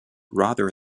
rather